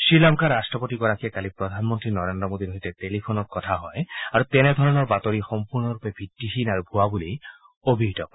শ্ৰীলংকাৰ ৰাষ্ট্ৰপতিগৰাকীয়ে কালি প্ৰধানমন্ত্ৰী নৰেন্দ্ৰ মোদীৰ সৈতে টেলিফোনত কথা হয় আৰু তেনে ধৰণৰ বাতৰি সম্পূৰ্ণৰূপে ভিত্তিহীন তথা ভৱা বুলি অভিহিত কৰে